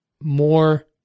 more